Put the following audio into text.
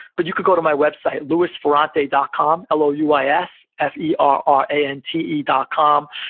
but you could go to my website, louisferrante dot com, l o u i s f e r r a n t e dot com.